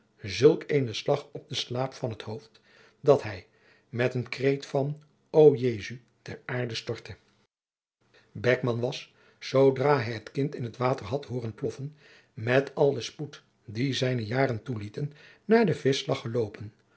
zulk eenen slag op de slaap van het hoofd dat hij met den kreet van o jesu ter aarde stortte beckman was zoodra hij het kind in het water had hooren ploffen met al den spoed dien zijne jaren toelieten naar den vischslag geloopen